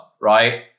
right